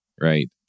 right